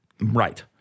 Right